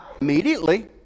immediately